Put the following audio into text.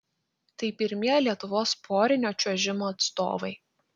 tai pirmieji lietuvos porinio čiuožimo atstovai